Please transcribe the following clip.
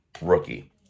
rookie